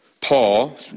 Paul